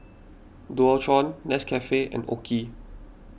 Dualtron Nescafe and Oki